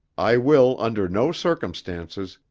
i will, under no circumstances,